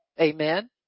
Amen